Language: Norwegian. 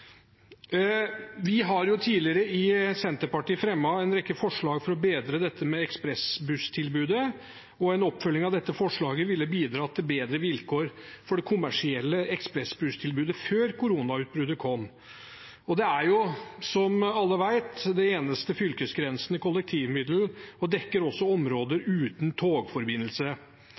har tidligere fremmet en rekke forslag for å bedre dette med ekspressbusstilbudet, og en oppfølging av dette forslaget ville bidratt til bedre vilkår for det kommersielle ekspressbusstilbudet før koronautbruddet kom. Det er jo, som alle vet, det eneste kollektivmiddelet som går over fylkesgrensene, og det dekker også områder uten togforbindelse.